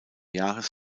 jahres